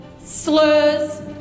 slurs